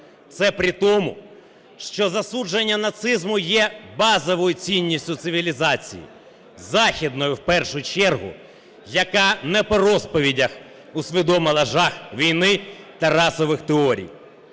Це при тому, що засудження нацизму є базовою цінністю цивілізації, західною в першу чергу, яка не по розповідях усвідомила жах війни та расових теорій.